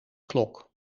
klok